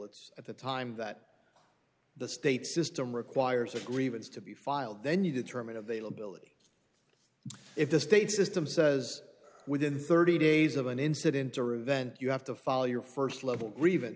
it's at the time that the state system requires a grievance to be filed then you determine availability if the state system says within thirty days of an incident or event you have to follow your first level griev